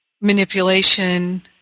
manipulation